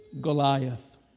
Goliath